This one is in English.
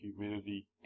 humidity